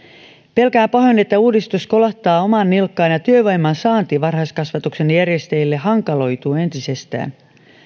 pelkään pahoin että uudistus kolahtaa omaan nilkkaan ja työvoiman saanti varhaiskasvatuksen järjestäjille hankaloituu entisestään